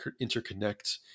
interconnect